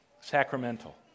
sacramental